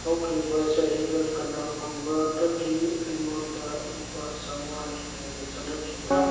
ꯍꯧꯈꯤꯕ ꯆꯍꯤꯗ ꯀꯅꯥꯒꯨꯝꯕꯗꯒꯤ ꯑꯩꯉꯣꯟꯗ ꯂꯨꯄꯥ ꯆꯧꯉꯥ ꯍꯦꯟꯅ ꯆꯪꯂꯛꯈꯤꯕꯔꯥ